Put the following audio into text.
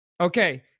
okay